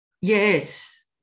yes